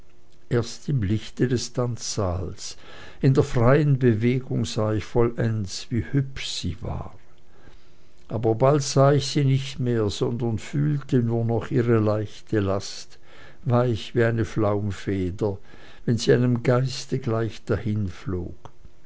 erst im lichte des tanzsaales in der freien bewegung sah ich vollends wie hübsch sie war aber bald sah ich sie nicht mehr sondern fühlte nur noch ihre leichte last weich wie eine flaumfeder wenn sie einem geiste gleich